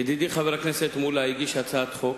ידידי חבר הכנסת מולה הגיש הצעת חוק,